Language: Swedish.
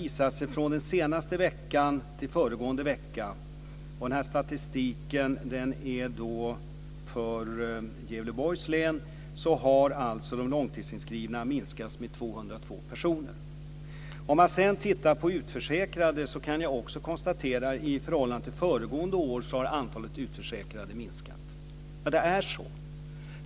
Enligt statistiken för Gävleborgs län har antalet långtidsinskrivna minskat med 202 personer under den senaste veckan. Antalet utförsäkrade har minskat i förhållande till föregående år. Så är det.